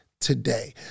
today